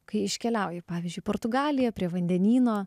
kai iškeliauji pavyzdžiui į portugaliją prie vandenyno